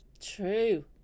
true